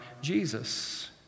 Jesus